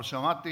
אבל שמעתי